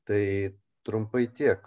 tai trumpai tiek